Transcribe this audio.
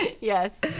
yes